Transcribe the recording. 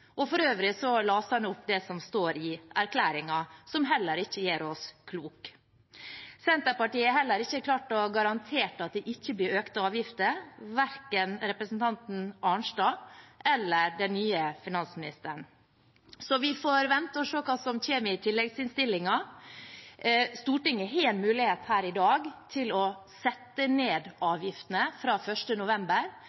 og for øvrig leste han opp det som står i erklæringen, som heller ikke gjør oss kloke. Senterpartiet har heller ikke klart å garantere at det ikke blir økte avgifter, verken representanten Arnstad eller den nye finansministeren. Så vi får vente og se hva som kommer i tilleggsproposisjonen. Stortinget har en mulighet her i dag til å sette ned